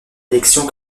élection